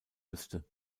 müsste